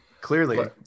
Clearly